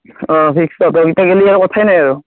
অঁ তহঁতি গেলি কথাই নাই আৰু